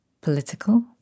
political